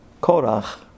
Korach